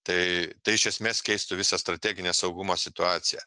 tai tai iš esmės keistų visą strateginę saugumo situaciją